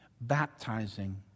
baptizing